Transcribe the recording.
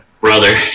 brother